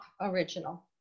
original